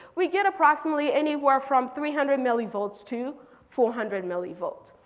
we get approximately anywhere from three hundred milli volts to four hundred milli volt.